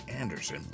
Anderson